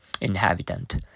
inhabitant